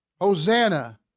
Hosanna